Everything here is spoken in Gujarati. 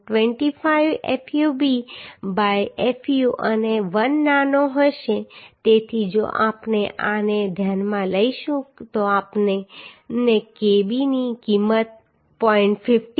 25 fub બાય fu અને 1 નાનો હશે તેથી જો આપણે આને ધ્યાનમાં લઈશું તો આપણને Kb ની કિંમત 0